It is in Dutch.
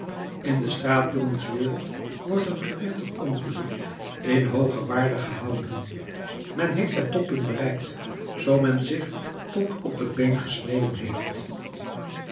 in de straatjongens wereld wordt een gewichtig ongeluk in hooge waarde gehouden men heeft het toppunt bereikt zoo men zich tot op het been gesneden heeft